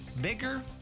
bigger